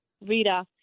Rita